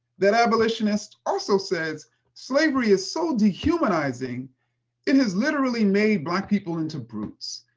that abolitionist also says slavery is so dehumanizing it has literally made black people into brutes.